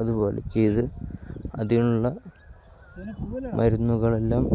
അതുപോലെ ചെയ്ത് അതിനുള്ള മരുന്നുകളെല്ലാം